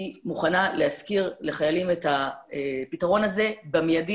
היא מוכנה להשכיר לחיילים את הפתרון הזה במיידי,